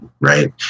right